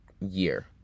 year